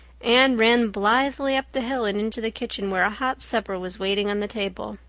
anne ran blithely up the hill and into the kitchen, where a hot supper was waiting on the table.